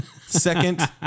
Second